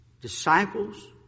Disciples